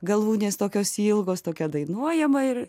galūnės tokios ilgos tokia dainuojama ir